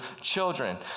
children